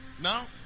now